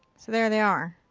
so there they are.